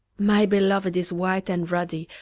my beloved is white and ruddy,